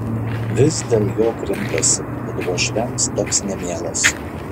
vis dėl jo krimtosi kad uošviams toks nemielas